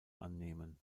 annehmen